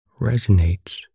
resonates